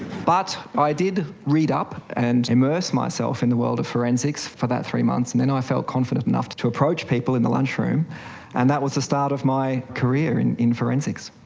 but i did read up and immerse myself in the world of forensics for that three months and that i felt confident enough to to approach people in the lunchroom and that was the start of my career in in forensics.